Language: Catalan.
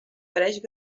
pareix